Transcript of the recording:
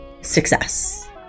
success